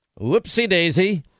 Whoopsie-daisy